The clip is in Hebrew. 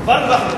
נכון, אתה רואה.